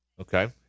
Okay